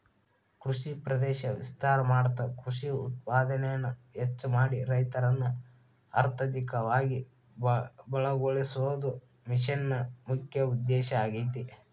ಕೃಷಿ ಪ್ರದೇಶ ವಿಸ್ತಾರ ಮಾಡ್ತಾ ಕೃಷಿ ಉತ್ಪಾದನೆನ ಹೆಚ್ಚ ಮಾಡಿ ರೈತರನ್ನ ಅರ್ಥಧಿಕವಾಗಿ ಬಲಗೋಳಸೋದು ಮಿಷನ್ ನ ಮುಖ್ಯ ಉದ್ದೇಶ ಆಗೇತಿ